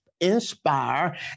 inspire